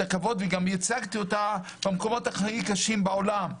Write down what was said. הכבוד וגם ייצגתי אותה במקומות הכי קשים בעולם.